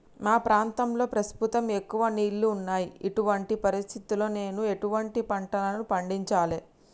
మా ప్రాంతంలో ప్రస్తుతం ఎక్కువ నీళ్లు ఉన్నాయి, ఇటువంటి పరిస్థితిలో నేను ఎటువంటి పంటలను పండించాలే?